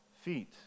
feet